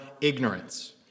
ignorance